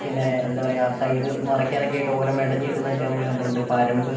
പിന്നെ എന്താ പറയാ സൈഡ് മറയ്ക്കാനോക്കെയായിട്ട് ഓല മെടഞ്ഞ് ഇടുന്നതൊക്കെ നമ്മൾ കണ്ടിട്ടുണ്ട് പരമ്പ്